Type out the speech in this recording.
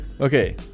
Okay